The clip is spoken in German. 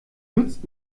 nützt